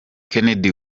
kennedy